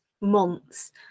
months